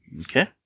Okay